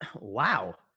wow